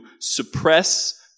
suppress